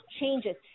changes